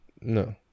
No